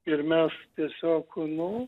ir mes tiesiog nu